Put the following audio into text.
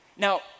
Now